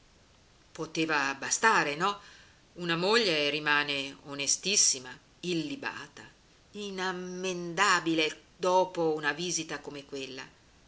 poteva bastare no una moglie rimane onestissima illibata inammendabile dopo una visita come quella